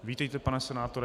Vítejte, pane senátore.